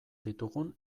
ditugun